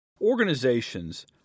Organizations